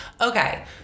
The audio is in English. Okay